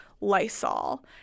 Lysol